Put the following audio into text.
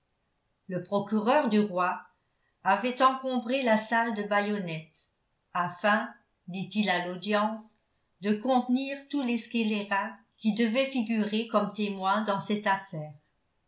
le procureur du roi avait encombré la salle de bayonnettes afin dit-il à l'audience de contenir tous les scélérats qui devaient figurer comme témoins dans cette affaire